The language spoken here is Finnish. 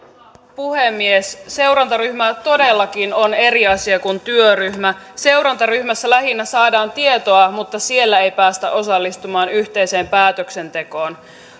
puhemies seurantaryhmä todellakin on eri asia kuin työryhmä seurantaryhmässä lähinnä saadaan tietoa mutta siellä ei päästä osallistumaan yhteiseen päätöksentekoon